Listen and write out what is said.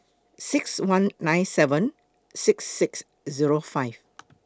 six one nine seven six six Zero five